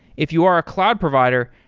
if you are a cloud provider,